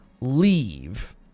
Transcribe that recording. leave